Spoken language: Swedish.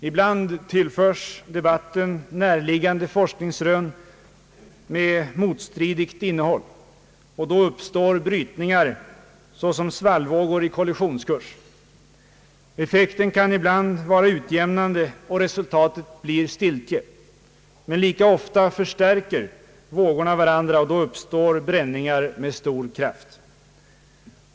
Ibland tillförs debatten närliggande forskningsrön med motstridigt innehåll, och då uppstår brytningar såsom svallvågor i kollisionskurs. Effekten kan ibland vara utjämnande och resultatet blir stiltje, men lika ofta förstärker vågorna varandra, och då uppstår bränningar med stor kraft.